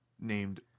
named